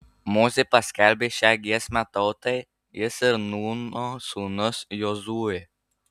mozė paskelbė šią giesmę tautai jis ir nūno sūnus jozuė